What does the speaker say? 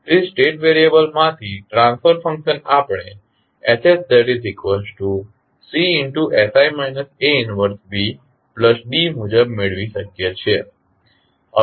તેથી સ્ટેટ વેરિએબલમાંથી transfer function આપણે HsCsI A 1BDમુજબ મેળવી શકીએ છીએ